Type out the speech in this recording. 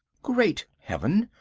great heaven!